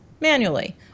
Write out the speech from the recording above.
manually